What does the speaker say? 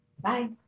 Bye